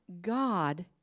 God